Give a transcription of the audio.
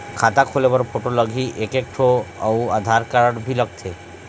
खाता खोले बर फोटो लगही एक एक ठो अउ आधार कारड भी लगथे?